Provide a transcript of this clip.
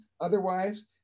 Otherwise